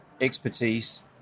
expertise